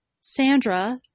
Sandra